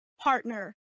partner